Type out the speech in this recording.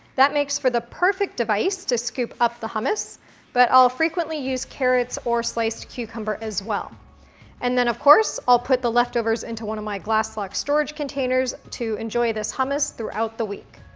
that makes for the perfect device to scoop up the hummus but i'll frequently use carrots or sliced cucumber as well and then of course, i'll put the leftovers into one of my glass lock storage containers to enjoy this hummus throughout the week.